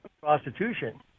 prostitution